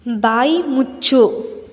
ಬಾಯಿ ಮುಚ್ಚು